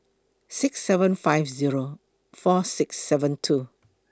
six seven five Zero four six seven two